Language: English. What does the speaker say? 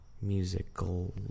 Musical